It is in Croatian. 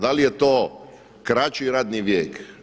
Da li je to kraći radni vijek?